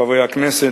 חברי הכנסת,